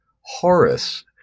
Horace